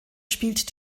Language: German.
spielt